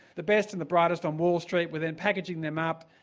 the best and the brightest on wall street were then packaging them up,